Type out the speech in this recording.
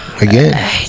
again